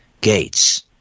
Gates